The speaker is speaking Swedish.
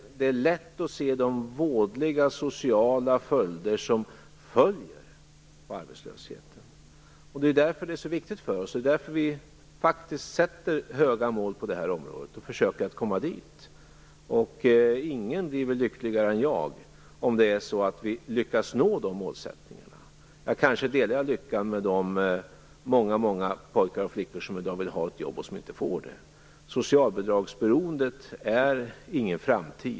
Det är lätt att se de vådliga sociala följderna av arbetslösheten. Det är därför vi faktiskt sätter upp höga mål på det här området och försöker att nå dit. Ingen blir väl lyckligare än jag om vi lyckas nå dessa målsättningar. Jag kanske delar lyckan med de många pojkar och flickor som i dag vill ha ett jobb och som inte får det. Socialbidragsberoendet är ingen framtid.